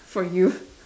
for you